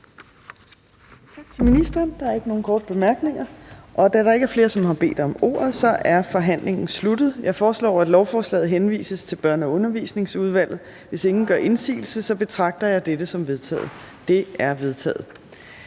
Tak til ministeren. Der er ikke nogen korte bemærkninger. Og da der ikke er flere, som har bedt om ordet, er forhandlingen sluttet. Jeg foreslår, at lovforslaget henvises til Børne- og Undervisningsudvalget. Hvis ingen gør indsigelse, betragter jeg dette som vedtaget. Det er vedtaget.